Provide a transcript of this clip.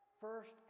first